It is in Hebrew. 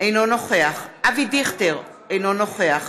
אינו נוכח אבי דיכטר, אינו נוכח